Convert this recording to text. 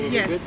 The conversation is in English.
yes